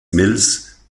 mills